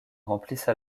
remplissent